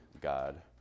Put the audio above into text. God